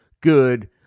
good